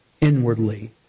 inwardly